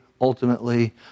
ultimately